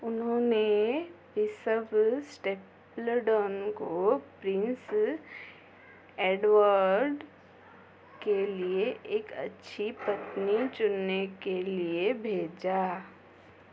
उन्होंने bishop Stapledon को prince Edward के लिए एक अच्छी पत्नी चुनने के लिए भेजा